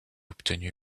obtenu